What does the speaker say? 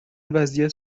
وضعیت